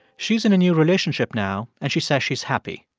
she's in a new relationship now and she says she's happy.